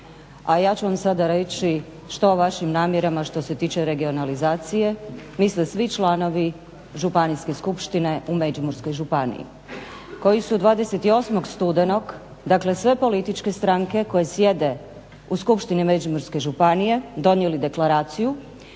a ja ću vam sada reći što o vašim namjerama što se tiče regionalizacije misle svi članovi županijske skupštine u Međimurskoj županiji koji su 28. studenog, dakle sve političke stranke koje sjede u Skupštini međimurske županije donijeli deklaraciju